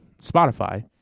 Spotify